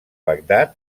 bagdad